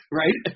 right